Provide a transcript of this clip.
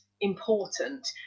important